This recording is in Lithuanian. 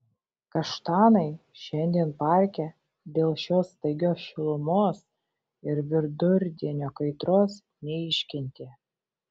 kaštanai šiandien parke dėl šios staigios šilumos ir vidurdienio kaitros neiškentė